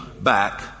back